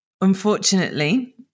unfortunately